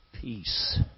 peace